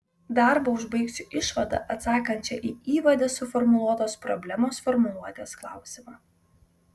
darbą užbaigsiu išvada atsakančia į įvade suformuluotos problemos formuluotės klausimą